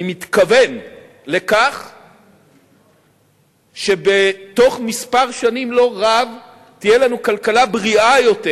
אני מתכוון לכך שבתוך מספר שנים לא רב תהיה לנו כלכלה בריאה יותר,